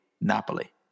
Napoli